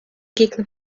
gegner